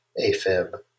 AFib